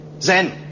Zen